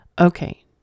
Okay